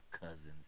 cousin's